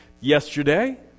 Yesterday